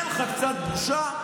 אין לך קצת בושה?